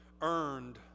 earned